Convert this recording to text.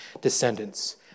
descendants